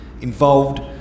involved